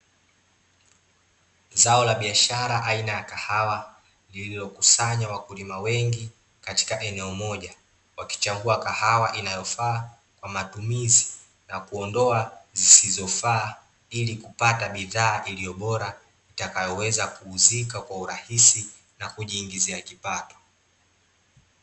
Zao la biashara aina ya kahawa lililokusanya wakulima wengi katika eneo moja. Wakichagua kahawa inayofaa kwa matumizi na kuondoa zisizofaa, ili kupata bidhaa iliyo bora itakayoweza kuuzika kwa urahisi na kujiingizia kipato.